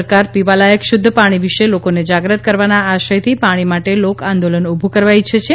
સરકાર પીવાલાયક શુદ્ધ પાણી વિશે લોકોને જાગ્રત કરવાના આશયથી પાણી માટે લોક આંદોલન ઊભું કરવા ઇચ્છે છે